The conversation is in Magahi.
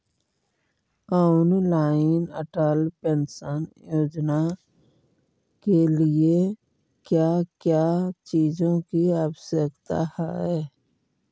ऑनलाइन अटल पेंशन योजना के लिए क्या क्या चीजों की आवश्यकता है?